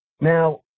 Now